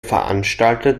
veranstalter